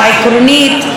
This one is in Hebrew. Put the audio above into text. העקרונית,